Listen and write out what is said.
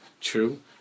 true